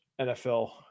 NFL